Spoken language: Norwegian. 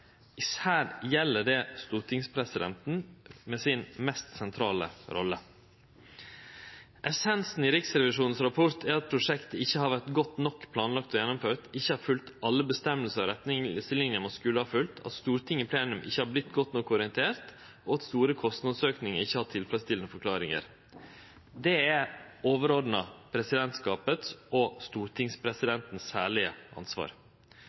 fungere. Især gjeld det stortingspresidenten, med si mest sentrale rolle. Essensen i Riksrevisjonens rapport er at prosjektet ikkje har vore godt nok planlagt og gjennomført, at det ikkje har følgt alle avgjerder og rettleiingar som skulle ha vore følgt, at Stortinget i plenum ikkje har vorte godt nok orientert, og at store kostnadsaukingar ikkje har tilfredsstillande forklaringar. Det er, overordna, det særlege ansvaret til presidentskapet og